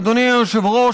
אדוני היושב-ראש,